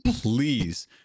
please